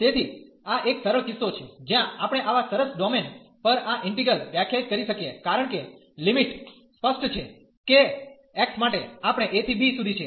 તેથી આ એક સરળ કિસ્સો છે જ્યાં આપણે આવા સરસ ડોમેન પર આ ઈન્ટિગ્રલ વ્યાખ્યાયિત કરી શકીએ કારણ કે લિમિટ સ્પષ્ટ છે કે x માટે આપણે a ¿b સુધી છે